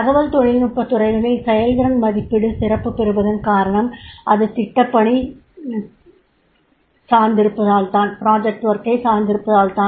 தகவல் தொழில்நுட்பத் துறைகளில் செயல்திறன் மதிப்பீடு சிறப்புப் பெறுவதன் காரணம் அது திட்டப்பணி களைச் சார்ந்திருப்பதால்தான்